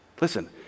Listen